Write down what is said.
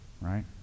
Right